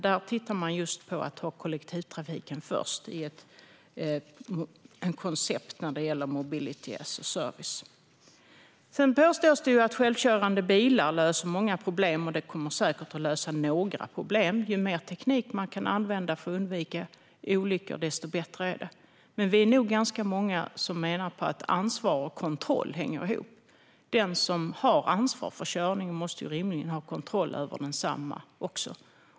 Där tittar man just på att ha kollektivtrafiken först i ett koncept för mobility as a service. Sedan påstås det att självkörande bilar löser många problem. De kommer säkert att lösa några problem. Ju mer teknik man kan använda för att undvika olyckor, desto bättre är det. Men vi är nog ganska många som menar att ansvar och kontroll hänger ihop. Den som har ansvar för körningen måste rimligen också ha kontroll över densamma.